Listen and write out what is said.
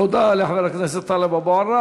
תודה, לחבר הכנסת טלב אבו עראר.